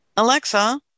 Alexa